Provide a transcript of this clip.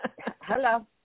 Hello